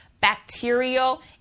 bacterial